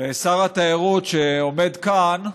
ושר התיירות, שעומד כאן,